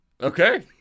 Okay